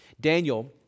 Daniel